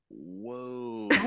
whoa